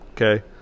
Okay